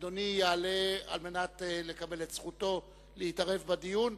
אדוני יעלה כדי לקבל את זכותו להתערב בדיון.